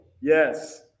Yes